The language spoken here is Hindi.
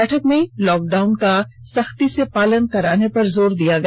बैठक में लॉक डाउन का कड़ाई से पालन कराने पर जोर दिया गया